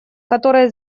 которые